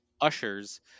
Usher's